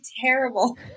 terrible